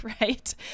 right